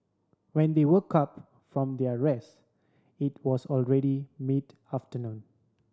when they woke up from their rest it was already mid afternoon